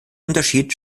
unterschied